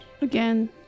Again